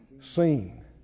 seen